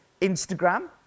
Instagram